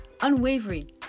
unwavering